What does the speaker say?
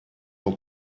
del